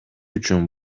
үчүн